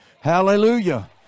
Hallelujah